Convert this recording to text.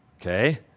okay